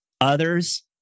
others